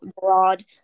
broad